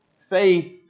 faith